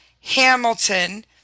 Hamilton